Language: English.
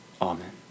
Amen